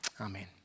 Amen